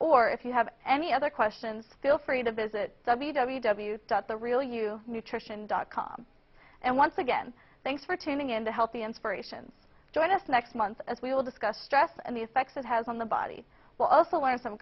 or if you have any other questions feel free to visit w w w dot the real you nutrition dot com and once again thanks for tuning in to healthy inspiration join us next month as we will discuss stress and the effects it has on the body will also